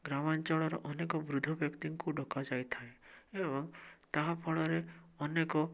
ଗ୍ରାମାଞ୍ଚଳର ଅନେକ ବୃଦ୍ଧ ବ୍ୟକ୍ତିଙ୍କୁ ଡ଼କାଯାଇଥାଏ ଏବଂ ତାହା ଫଳରେ ଅନେକ